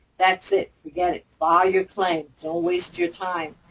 that's it. forget it. file your claim. don't waste your time.